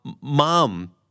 mom